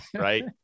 right